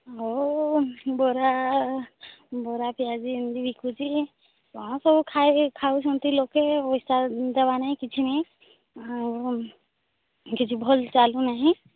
ହଉ ବରା ବରା ପିଆଜି ଏମିତି ବିକୁଛି ହଁ ସବୁ ଖାଉଛନ୍ତି ଲୋକେ ପଇସା ଦେବା ନାହିଁ କିଛି ନାହିଁ ଆଉ କିଛି ଭଲ ଚାଲୁନାହିଁ